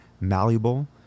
malleable